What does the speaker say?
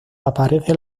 aparece